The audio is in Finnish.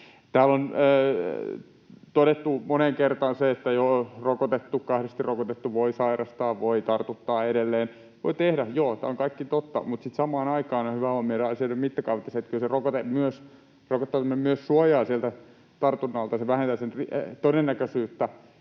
Täällä on todettu moneen kertaan, että jo kahdesti rokotettu voi sairastaa ja voi tartuttaa edelleen — voi tehdä joo, tämä on kaikki totta, mutta sitten samaan aikaan on hyvä huomioida asioiden mittakaavat ja se, että kyllä rokottaminen myös suojaa siltä tartunnalta, vähentää sen todennäköisyyttä